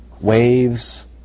Waves